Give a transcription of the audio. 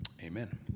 amen